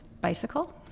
bicycle